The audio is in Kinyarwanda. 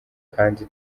kandi